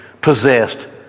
possessed